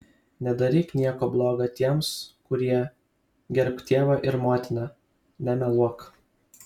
nedaryk nieko bloga tiems kurie gerbk tėvą ir motiną nemeluok